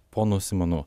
ponu simonu